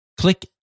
click